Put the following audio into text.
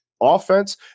Offense